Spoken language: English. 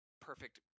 perfect